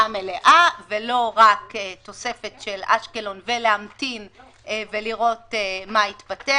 מלאה ולא רק תוספת של אשקלון ולהמתין ולראות מה יתפתח.